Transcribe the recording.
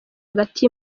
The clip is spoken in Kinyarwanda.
hagati